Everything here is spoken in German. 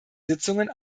sitzungen